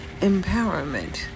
Empowerment